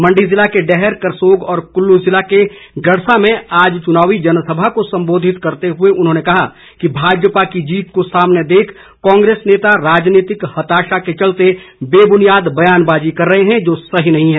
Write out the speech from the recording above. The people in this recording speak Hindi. मण्डी जिले के डैहर करसोग और कुल्लू जिले के गड़सा में आज चुनावी जनसभा को संबोधित करते हुए उन्होंने कहा कि भाजपा की जीत को सामने देख कांग्रेस नेता राजनीतिक हताशा के चलते बेबुनियाद बयानबाजी कर रहे हैं जो सही नहीं है